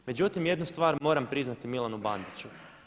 Međutim, jednu stvar moram priznati Milanu Bandiću.